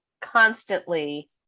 constantly